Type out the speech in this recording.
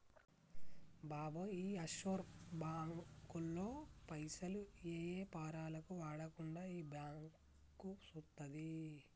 బాబాయ్ ఈ ఆఫ్షోర్ బాంకుల్లో పైసలు ఏ యాపారాలకు వాడకుండా ఈ బాంకు సూత్తది